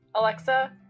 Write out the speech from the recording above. Alexa